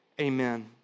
Amen